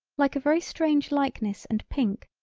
like a very strange likeness and pink,